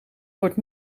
wordt